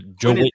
Joe